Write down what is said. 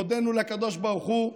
הודינו לקדוש ברוך הוא,